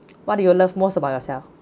what do you love most about yourself